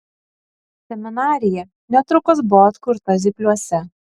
seminarija netrukus buvo atkurta zypliuose